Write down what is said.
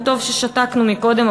טוב ששתקנו מקודם,